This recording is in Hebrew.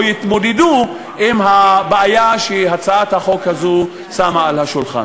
יתמודדו עם הבעיה שהצעת החוק הזאת שמה על השולחן.